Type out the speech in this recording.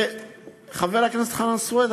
חבר הכנסת חנא סוייד,